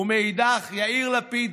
ומאידך, יאיר לפיד,